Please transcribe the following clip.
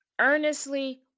Earnestly